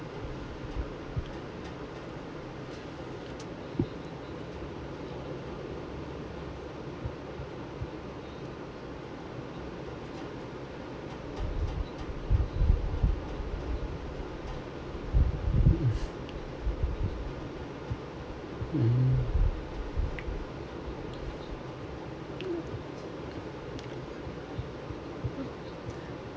hmm